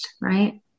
right